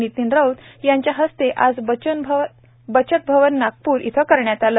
नितीन राऊत यांच्या हस्ते आजबचतभवन नागपूरयेथे करण्यात आले